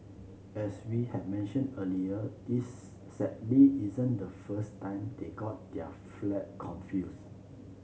as we had mentioned earlier this sadly isn't the first time they got their flags confused